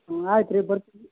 ಹ್ಞೂ ಆಯ್ತು ರೀ ಬರ್ರಿ